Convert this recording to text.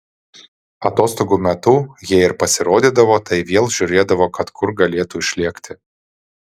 atostogų metu jei ir pasirodydavo tai vėl žiūrėdavo kad kur galėtų išlėkti